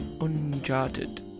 Uncharted